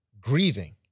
grieving